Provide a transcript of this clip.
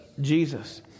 Jesus